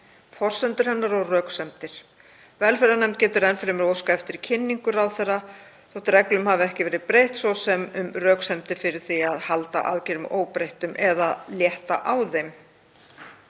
forsendur hennar og röksemdir. Velferðarnefnd getur enn fremur óskað eftir kynningu ráðherra þótt reglum hafi ekki verið breytt, svo sem um röksemdir fyrir því að halda aðgerðum óbreyttum eða létta á þeim.